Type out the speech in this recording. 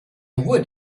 would